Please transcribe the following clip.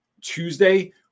Tuesday